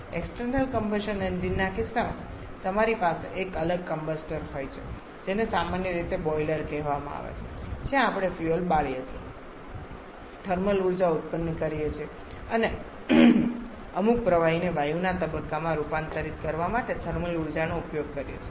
જો કે external combustion engine ના કિસ્સામાં તમારી પાસે એક અલગ કમ્બસ્ટર હોય છે જેને સામાન્ય રીતે બોઈલર કહેવાય છે જ્યાં આપણે ફ્યુઅલ બાળીએ છીએ થર્મલ ઉર્જા ઉત્પન્ન કરીએ છીએ અને પછી અમુક પ્રવાહીને વાયુના તબક્કામાં રૂપાંતરિત કરવા માટે થર્મલ ઊર્જાનો ઉપયોગ કરીએ છીએ